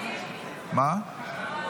אני עולה